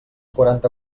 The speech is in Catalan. quaranta